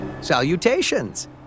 Salutations